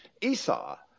Esau